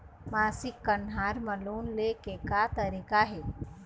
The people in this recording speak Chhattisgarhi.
मासिक कन्हार म लोन ले के का तरीका हे?